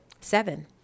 Seven